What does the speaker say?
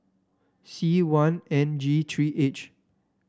C one N G three H